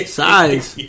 size